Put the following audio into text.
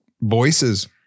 voices